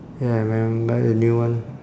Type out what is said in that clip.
ya man buy a new one